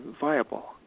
viable